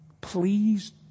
Please